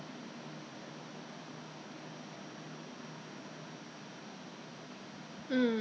家长都不进去的 lah what for yeah 他们是独立的 independent until you know 自己自己 gao tim ah